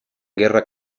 guerra